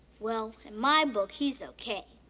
well, in my book, he's okay,